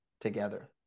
together